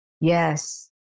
yes